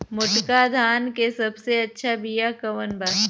मोटका धान के सबसे अच्छा बिया कवन बा?